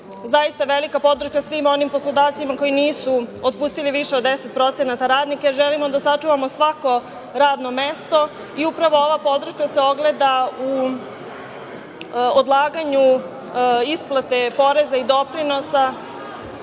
zaista velika podrška svim onim poslodavcima koji nisu otpustili više od 10% radnika jer želimo da sačuvamo svako radno mesto i upravo ova podršaka se ogleda u odlaganju isplate poreza i doprinosa.